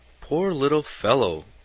poor little fellow!